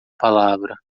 palavra